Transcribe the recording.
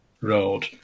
road